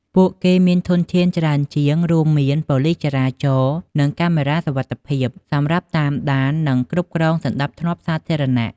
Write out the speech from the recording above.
ពួកគេមានធនធានច្រើនជាង រួមមាន ប៉ូលិសចរាចរណ៍ និងកាមេរ៉ាសុវត្ថិភាព សម្រាប់តាមដាន និងគ្រប់គ្រងសណ្តាប់ធ្នាប់សាធារណៈ។